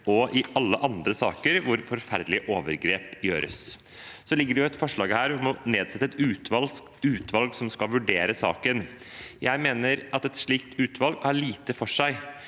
og i alle andre saker hvor forferdelige overgrep gjøres. Det ligger et forslag her om å nedsette et utvalg som skal vurdere saken. Jeg mener at et slikt utvalg har lite for seg.